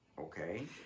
Okay